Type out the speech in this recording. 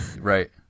Right